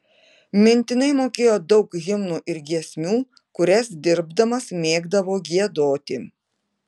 mintinai mokėjo daug himnų ir giesmių kurias dirbdamas mėgdavo giedoti